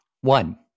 One